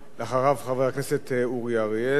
אחריו, חבר הכנסת אורי אריאל.